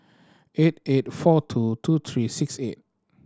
eight eight four two two three six eight